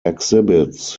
exhibits